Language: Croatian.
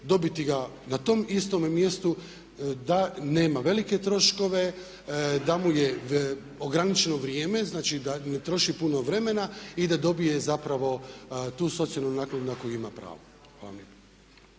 dobiti ga na tom istome mjestu da nema velike troškove, da mu je ograničeno vrijeme, znači da ne troši puno vremena i da dobije zapravo tu socijalnu naknadu na koju ima pravo.